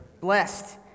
Blessed